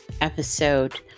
episode